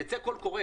יצא קול קורא,